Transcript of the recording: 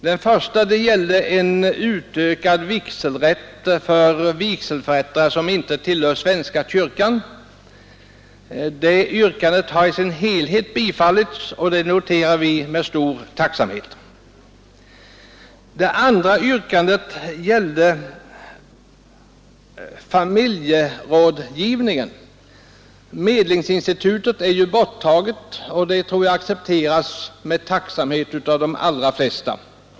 Det första gäller en utökad vigselrätt inom trossamfund utanför svenska kyrkan. Det yrkandet har i sin helhet tillstyrkts, och det noterar vi med stor tacksamhet. Det andra yrkandet gäller familjerådgivningen. Medlingsinstitutet är ju borttaget, och det tror jag accepteras med tacksamhet av de allra flesta.